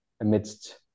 amidst